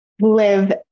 live